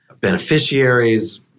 beneficiaries